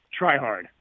tryhard